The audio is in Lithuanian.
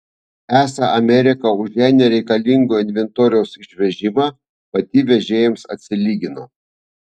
esą amerika už jai nereikalingo inventoriaus išvežimą pati vežėjams atsilygino